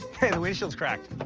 hey, the windshield's cracked.